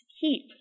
keep